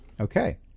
Okay